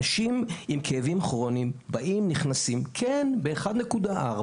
אנשים עם כאבים כרוניים באים, נכנסים כן, ב-1.4